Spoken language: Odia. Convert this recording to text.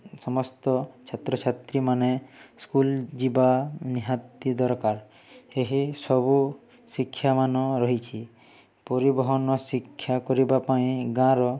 ସମସ୍ତ ଛାତ୍ରଛାତ୍ରୀମାନେ ସ୍କୁଲ୍ ଯିବା ନିହାତି ଦରକାର ଏହି ସବୁ ଶିକ୍ଷାମାନ ରହିଛି ପରିବହନ ଶିକ୍ଷା କରିବା ପାଇଁ ଗାଁର